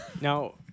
now